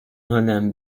حالم